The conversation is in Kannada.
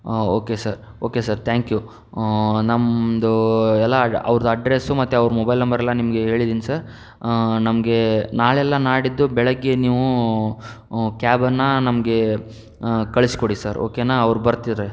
okay sir okay sir thank you ನಮ್ಮದು ಎಲ್ಲ ಅವ್ರುದ್ ಅಡ್ರೇಸ್ ಮತ್ತು ಅವ್ರುದ್ ಮೊಬೈಲ್ ನಂಬರೆಲ್ಲ ನಿಮಗೆ ಹೇಳಿದಿನಿ ಸರ್ ನಮಗೆ ನಾಳೆ ಅಲ್ಲ ನಾಡಿದ್ದು ಬೆಳಗ್ಗೆ ನೀವು ಕ್ಯಾಬನ್ನ ನಮಗೆ ಕಳಿಸಿಕೊಡಿ ಸರ್ ಒಕೆ ನಾ ಅವರು ಬರ್ತಿರೆ